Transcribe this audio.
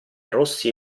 rossi